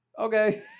okay